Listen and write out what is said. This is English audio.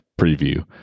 preview